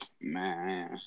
Man